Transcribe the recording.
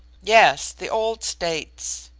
yes, the old states.